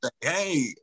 Hey